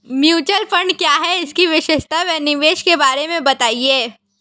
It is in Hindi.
म्यूचुअल फंड क्या है इसकी विशेषता व निवेश के बारे में बताइये?